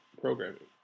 programming